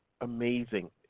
amazing